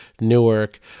Newark